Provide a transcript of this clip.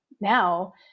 now